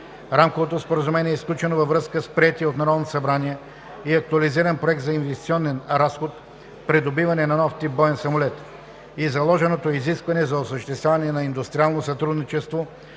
Рамковото споразумение е сключено във връзка с приетия от Народното събрание и актуализиран Проект за инвестиционен разход „Придобиване на нов тип боен самолет“ и заложеното изискване за осъществяване на индустриално сътрудничество